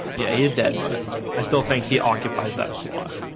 yeah, he's dead. but i still think he occupies that slot